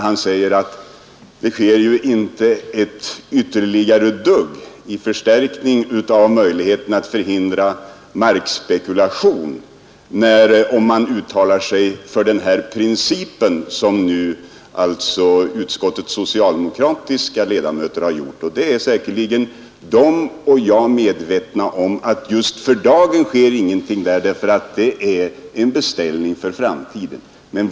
Han sade att det inte blir någon förstärkning av möjligheterna att förhindra markspekulation genom att man uttalar sig för den här principen för bygglagstiftningen, som utskottets socialdemokratiska ledamöter har gjort. Säkerligen är både de och jag medvetna om att just för dagen sker ingenting i det sammanhanget, eftersom det är en beställning för framtiden.